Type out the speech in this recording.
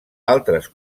altres